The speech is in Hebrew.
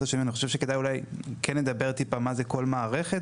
התשלום אני חושב שכדאי אולי כן לדבר טיפה מה זה כל מערכת,